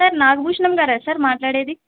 సార్నాగబూషణం గారా సార్ మాట్లాడేది